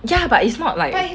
yeah but it's not like